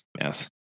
yes